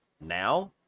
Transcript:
now